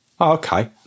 Okay